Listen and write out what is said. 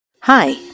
Hi